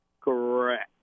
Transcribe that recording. Correct